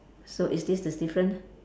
so is this the different